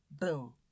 Boom